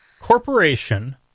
corporation